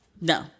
No